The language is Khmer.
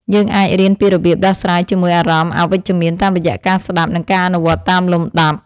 យើងអាចរៀនពីរបៀបដោះស្រាយជាមួយអារម្មណ៍អវិជ្ជមានតាមរយៈការស្តាប់ និង ការអនុវត្តតាមលំដាប់។